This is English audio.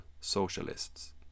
socialists